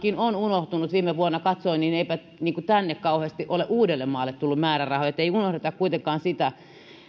on unohtunut kun viime vuonna katsoin niin eipä tänne uudellemaalle kauheasti ole tullut määrärahoja ei unohdeta kuitenkaan sitä